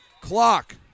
Clock